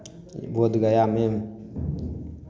बोधगयामे